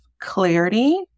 clarity